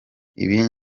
ibi